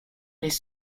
les